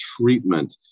treatment